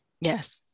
yes